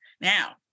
Now